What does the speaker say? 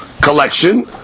collection